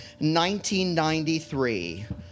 1993